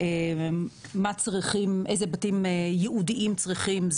איזה בתים ייעודים צריכים?